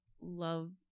love